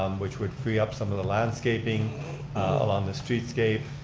um which would free up some of the landscaping along the streetscape,